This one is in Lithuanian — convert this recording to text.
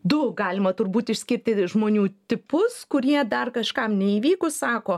du galima turbūt išskirti žmonių tipus kurie dar kažkam neįvykus sako